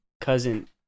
cousin